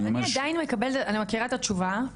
אני מכירה את התשובה,